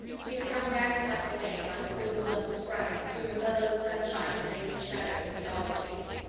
she had come dancing up the lane, like a wind-blown sprite, through the mellow sunshine and lazy shadows of the august evening.